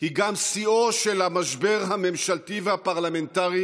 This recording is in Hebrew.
היא גם שיאו של המשבר הממשלתי והפרלמנטרי